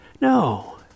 No